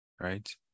right